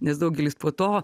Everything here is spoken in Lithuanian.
nes daugelis po to